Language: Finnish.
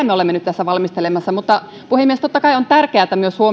me olemme nyt tässä valmistelemassa puhemies totta kai on tärkeätä myös